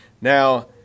Now